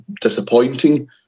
disappointing